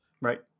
right